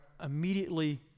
immediately